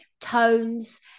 tones